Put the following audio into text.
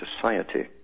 society